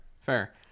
fair